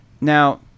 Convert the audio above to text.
Now